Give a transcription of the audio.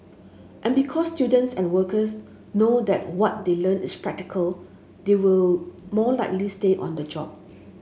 and because students and workers know that what they learn is practical they will more likely stay on the job